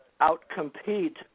out-compete